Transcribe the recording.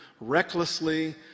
recklessly